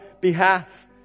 behalf